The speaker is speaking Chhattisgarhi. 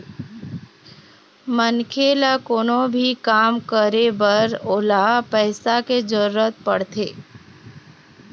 मनखे ल कोनो भी काम करे बर ओला पइसा के जरुरत पड़थे